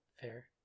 fair